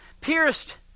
pierced